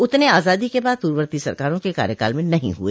उतने आजादी के बाद पूर्ववर्ती सरकारों के कार्यकाल में नहीं हुए